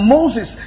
Moses